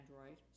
Android